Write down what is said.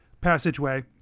passageway